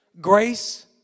Grace